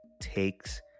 takes